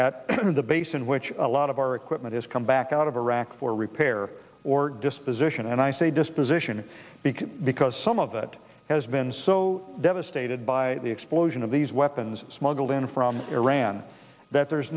at the base in which a lot of our equipment is come back out of iraq for repair or disposition and i say disposition because because some of it has been so devastated by the explosion of these weapons smuggled in from iran that there's